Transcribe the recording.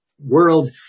world